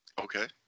Okay